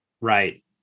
Right